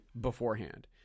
beforehand